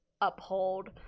uphold